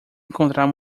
encontrar